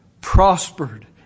prospered